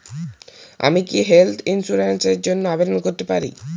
আমি কি health insurance র জন্য আবেদন করতে পারি?